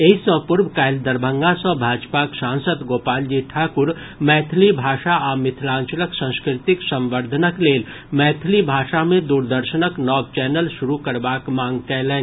एहि सॅ पूर्व काल्हि दरभंगा सॅ भाजपाक सांसद गोपालजी ठाकुर मैथिली भाषा आ मिथिलांचलक संस्कृतिक संवर्द्धनक लेल मैथिली भाषा मे दूरदर्शनक नव चैनल शुरू करबाक मांग कयलनि